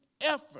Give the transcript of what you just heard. effort